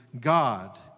god